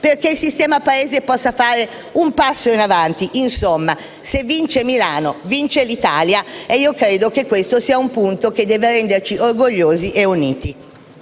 perché il sistema Paese possa fare un passo in avanti. Insomma, se vince Milano, vince l'Italia e credo che questo punto debba renderci orgogliosi e uniti.